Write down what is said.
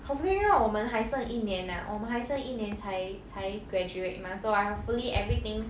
hopefully 因为我们还剩一年啊我们还剩一年才才 graduate mah so I hopefully everything